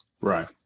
Right